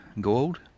gold